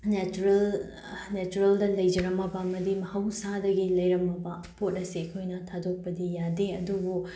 ꯅꯦꯆꯔꯦꯜꯗ ꯂꯩꯖꯔꯝꯂꯕ ꯑꯃꯗꯤ ꯃꯍꯧꯁꯥꯗꯒꯤ ꯂꯩꯔꯝꯂꯕ ꯄꯣꯠ ꯑꯁꯦ ꯑꯩꯈꯣꯏꯅ ꯊꯥꯗꯣꯛꯄꯗꯤ ꯌꯥꯗꯦ ꯑꯗꯨꯕꯨ